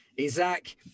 Isaac